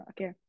Okay